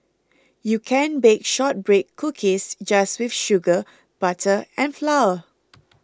you can bake Shortbread Cookies just with sugar butter and flour